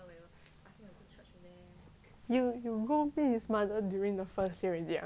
you you go meet his mother during the first year already ah